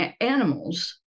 animals